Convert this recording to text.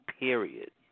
period